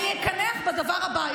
אני אקנח בדבר הבא,